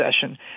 session